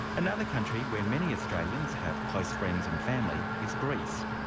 another country where many australians have close friends and family is greece.